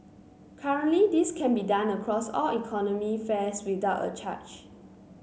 currently this can be done across all economy fares without a charge